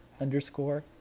underscore